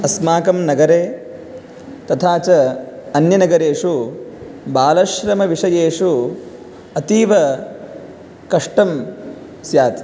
अस्माकं नगरे तथा च अन्यनगरेषु बालश्रमविषयेषु अतीव कष्टं स्यात्